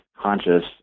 conscious